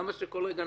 למה שכל רגע נפסיק?